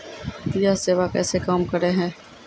यह सेवा कैसे काम करै है?